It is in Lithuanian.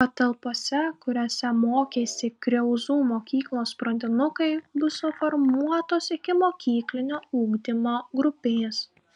patalpose kuriose mokėsi kriauzų mokyklos pradinukai bus suformuotos ikimokyklinio ugdymo grupės